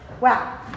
wow